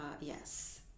Yes